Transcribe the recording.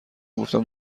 گفتم